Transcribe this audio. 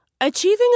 Achieving